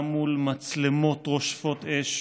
גם מול מצלמות רושפות אש